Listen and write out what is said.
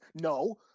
No